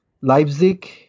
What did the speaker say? Leipzig